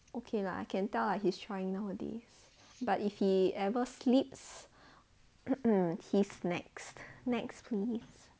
okay lah I can tell lah he's trying nowadays but if he ever slips mmhmm he's next next please